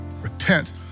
repent